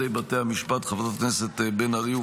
חברת הכנסת בן ארי,